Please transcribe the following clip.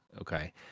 Okay